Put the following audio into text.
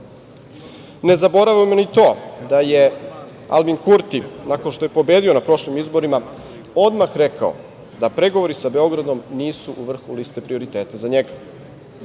zaboravimo ni to da je Albin Kurti nakon što je pobedio na prošlim izborima odmah rekao da pregovori sa Beogradom nisu u vrhu liste prioriteta za njega.